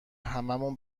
هممون